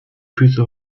füße